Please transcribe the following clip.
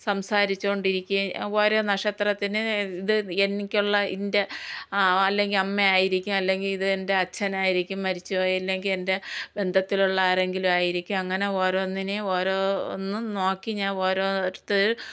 സംസാരിച്ചോണ്ടിരിക്കെ ഓരോ നക്ഷത്രത്തിനെ ഇത് എനിക്കുള്ള എൻ്റെ അല്ലെങ്കിൽ അമ്മയായിരിക്കും അല്ലെങ്കിൽ ഇതെൻ്റെ അച്ഛനായിരിക്കും മരിച്ചുപോയ ഇല്ലെങ്കിൽ എൻ്റെ ബന്ധത്തിലുള്ള ആരെങ്കിലുമായിരിക്കും അങ്ങനെ ഓരോന്നിനെ ഓരോന്നും നോക്കി ഞാൻ ഓരോരുത്തരെ